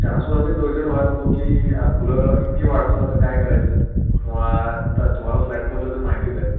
त्यांनासुद्धा ते डोईजड व्हायला नको की फुलं इतकी वाढतात आता काय करायचं किंवा आता तुम्हाला फ्लॅटमधलं तर माहितीच आहे